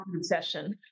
session